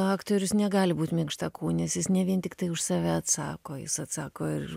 aktorius negali būt minkštakūnis jis ne vien tiktai už save atsako jis atsako ir